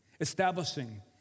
establishing